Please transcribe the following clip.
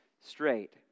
straight